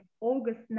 August